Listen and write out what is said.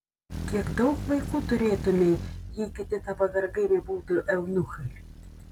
kiek daug vaikų turėtumei jei kiti tavo vergai nebūtų eunuchai